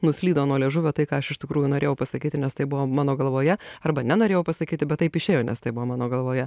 nuslydo nuo liežuvio tai ką aš iš tikrųjų norėjau pasakyti nes tai buvo mano galvoje arba nenorėjau pasakyti bet taip išėjo nes tai buvo mano galvoje